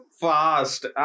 fast